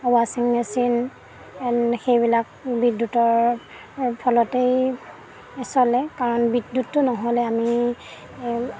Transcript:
আৰু ৱাশ্বিং মেচিন সেইবিলাক বিদ্যুতৰ ফলতেই চলে কাৰণ বিদ্যুতটো নহ'লে আমি